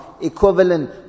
equivalent